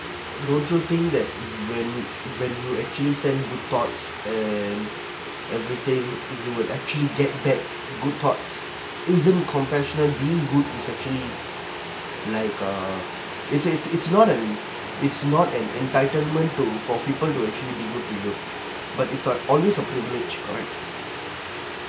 don't you think that when when you actually send the thoughts and everything it would actually get back good thoughts isn't compassionate being good is actually like a it's it's it's not a it's not an entitlement to for people who actually but it's like always a privilege correct